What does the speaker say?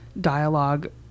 dialogue